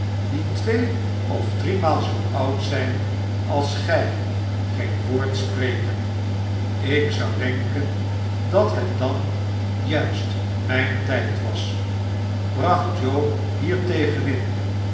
die twee of driemaal zoo oud zijn als gij geen woord spreken ik zou denken r dat het dan juist mijn tijd was bracht joe